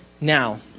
Now